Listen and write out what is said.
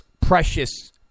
precious